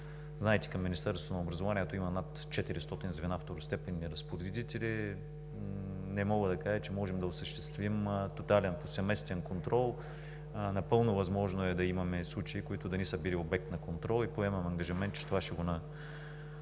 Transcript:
Знаете, към Министерството на образованието има над 400 звена – второстепенни разпоредители, не мога да кажа, че можем да осъществим тотален, повсеместен контрол. Напълно е възможно да имаме случаи, които да не са били обект на контрол. Поемам ангажимент, че ще